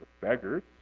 beggars